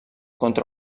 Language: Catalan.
contra